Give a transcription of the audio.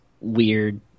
weird